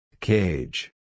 Cage